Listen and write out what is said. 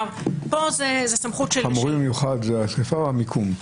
פה זו סמכות של -- "חמורים במיוחד" זה השריפה או המיקום?